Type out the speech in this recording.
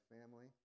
family